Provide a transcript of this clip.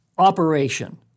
Operation